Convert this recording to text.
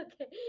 Okay